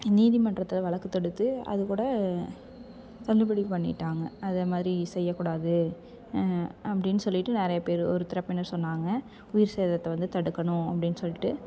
நீதிமன்றத்தில் வழக்கு தொடுத்து அது கூட தள்ளுபடி பண்ணிட்டாங்க அது மாதிரி செய்யக்கூடாது அப்படின்னு சொல்லிட்டு நிறைய பேரு ஒரு தரப்பினர் சொன்னாங்க உயிர் சேதத்தை வந்து தடுக்கணும் அப்படின்னு சொல்லிட்டு